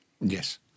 Yes